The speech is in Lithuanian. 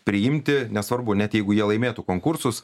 priimti nesvarbu net jeigu jie laimėtų konkursus